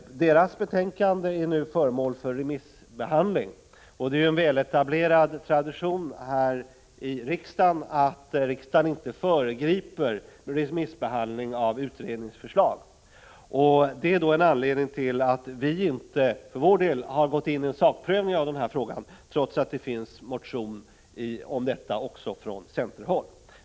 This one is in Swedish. Detta utredningsbetänkande är nu föremål för remissbehandling, och det är en väl etablerad tradition att riksdagen inte föregriper remissbehandling av ett utredningsförslag. Det är en anledning till att vi för vår del inte har gått ini en sakprövning av denna fråga, trots att det finns en motion om skolstart också från centerhåll.